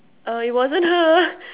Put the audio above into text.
uh it wasn't her